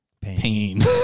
pain